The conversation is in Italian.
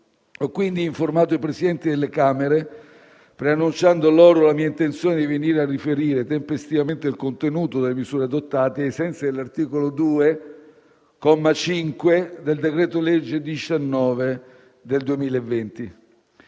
Ho quindi informato i Presidenti delle Camere, preannunciando loro la mia intenzione di venire a riferire tempestivamente il contenuto delle misure adottate, ai sensi dell'articolo 2, comma 5, del decreto-legge n. 19 del 2020.